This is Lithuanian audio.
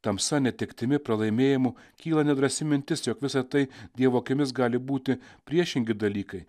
tamsa netektimi pralaimėjimu kyla nedrąsi mintis jog visa tai dievo akimis gali būti priešingi dalykai